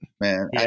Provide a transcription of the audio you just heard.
man